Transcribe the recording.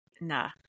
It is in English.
nah